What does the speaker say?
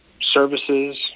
services